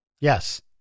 Yes